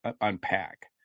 unpack